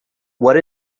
what